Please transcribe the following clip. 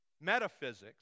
Metaphysics